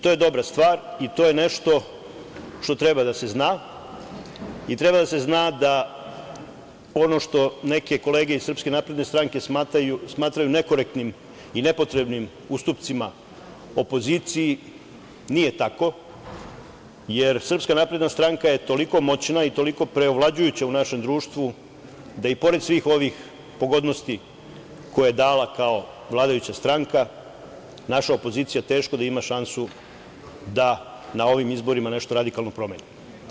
To je dobra stvar i to je nešto što treba da se zna i treba da se zna da ono što neke kolege iz SNS smatraju nekorektnim i nepotrebnim ustupcima opoziciji, nije tako, jer SNS je toliko moćna i toliko preovlađujuća u našem društvu da i pored svih ovih pogodnosti koje je dala kao vladajuća stranka, naša opozicija teško da ima šansu da na ovim izborima nešto radikalno promeni.